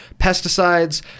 pesticides